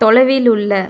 தொலைவில் உள்ள